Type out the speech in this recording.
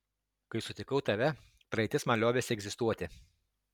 kai sutikau tave praeitis man liovėsi egzistuoti